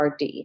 RD